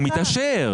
הוא מתעשר.